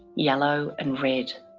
yellow and red.